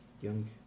young